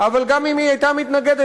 אבל גם אם היא הייתה מתנגדת,